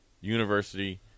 university